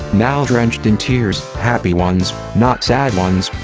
now drenched in tears happy ones, not sad ones.